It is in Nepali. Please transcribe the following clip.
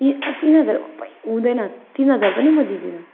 तिन तिन हजार अप्पै हुँदैन तिन हजार पनि म दिँदिनँ